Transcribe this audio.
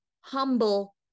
humble